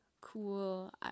cool